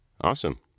Awesome